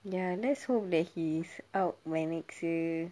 ya let's hope that he's out by next year